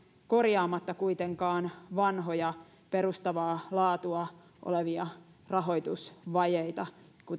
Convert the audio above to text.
korjaamatta kuitenkaan vanhoja perustavaa laatua olevia rahoitusvajeita